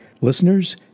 listeners